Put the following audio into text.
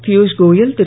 Piyush Goyal Thiru